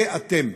זה אתם,